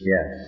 Yes